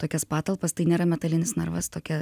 tokias patalpas tai nėra metalinis narvas tokia